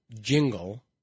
jingle